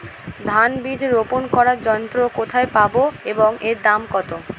ধান বীজ রোপন করার যন্ত্র কোথায় পাব এবং এর দাম কত?